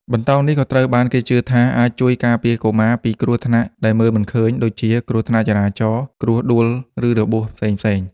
បន្តោងនេះក៏ត្រូវបានគេជឿថាអាចជួយការពារកុមារពីគ្រោះថ្នាក់ដែលមើលមិនឃើញ ដូចជាគ្រោះថ្នាក់ចរាចរណ៍ គ្រោះដួល ឬរបួសផ្សេងៗ។